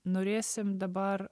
norėsim dabar